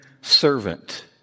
servant